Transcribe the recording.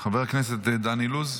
חבר הכנסת דן אילוז,